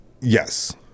Yes